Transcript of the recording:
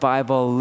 Bible